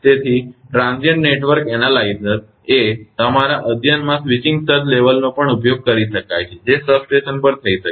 તેથી transient network analyser એ તમારા અધ્યયનમાં સ્વિચિંગ સર્જ લેવલનો પણ ઉપયોગ કરી શકાય છે જે સબસ્ટેશન પર થઈ શકે છે